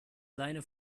seine